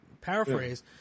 paraphrase